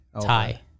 Tie